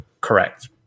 correct